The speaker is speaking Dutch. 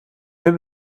heb